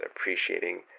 appreciating